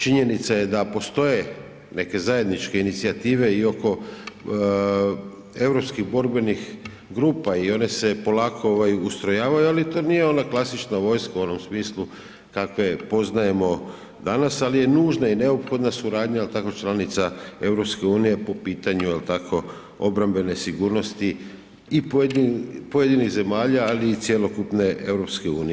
Činjenica je da postoje neke zajedničke inicijative i oko europskih borbenih grupa i one se polako ovaj ustrojavaju, ali to nije ona klasična vojska u onom smislu kako je poznajemo danas, ali je nužna i neophodna suradnja jel tako članica EU po pitanju jel tako obrambene sigurnosti i pojedinih zemalja, ali i cjelokupne EU.